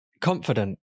confident